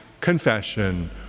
confession